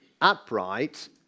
upright